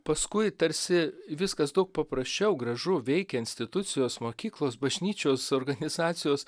paskui tarsi viskas daug paprasčiau gražu veikia institucijos mokyklos bažnyčios organizacijos